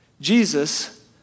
Jesus